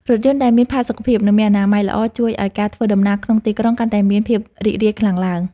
រថយន្តដែលមានផាសុកភាព និងមានអនាម័យល្អជួយឱ្យការធ្វើដំណើរក្នុងទីក្រុងកាន់តែមានភាពរីករាយខ្លាំងឡើង។